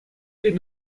est